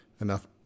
enough